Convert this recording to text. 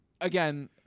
Again